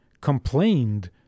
complained